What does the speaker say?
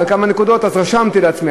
אז רשמתי לעצמי,